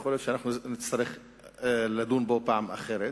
יכול להיות שאנחנו נצטרך לדון בו פעם אחרת.